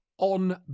on